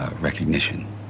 recognition